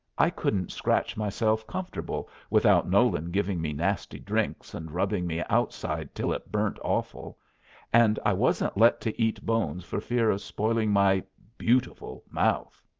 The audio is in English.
i couldn't scratch myself comfortable, without nolan giving me nasty drinks, and rubbing me outside till it burnt awful and i wasn't let to eat bones for fear of spoiling my beautiful mouth,